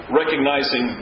recognizing